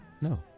no